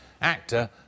actor